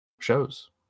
shows